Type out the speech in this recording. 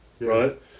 right